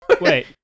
wait